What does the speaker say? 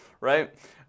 Right